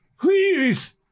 Please